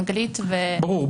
אנגלית ו --- ברור,